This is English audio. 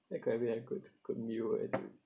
that could've been a good good meal eh dude